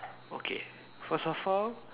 okay first of all